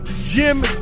Jim